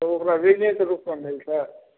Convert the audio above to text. तब ओकरा ऋणेके रूपमे मिलतै